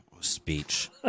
speech